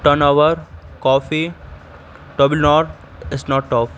ton over کافی تامل ناڈو اسنو tough